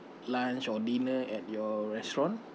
lunch or dinner at your restaurant